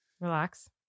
Relax